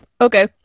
Okay